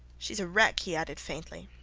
shes a wreck, he added, faintly.